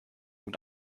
nun